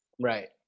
Right